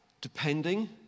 depending